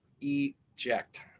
Eject